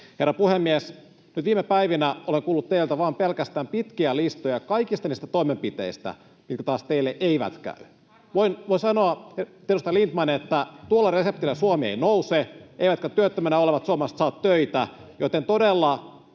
Herra puhemies! Nyt viime päivinä olen kuullut teiltä pelkästään pitkiä listoja kaikista niistä toimenpiteistä, mitkä teille eivät käy. Voi sanoa, edustaja Lindtman, että tuolla reseptillä Suomi ei nouse eivätkä työttömänä olevat suomalaiset saa töitä, joten kertokaa